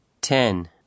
Ten